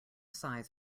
size